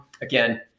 Again